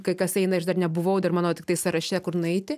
kai kas eina aš dar nebuvau dar mano tiktai sąraše kur nueiti